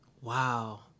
Wow